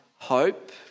Hope